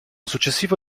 successivo